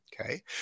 Okay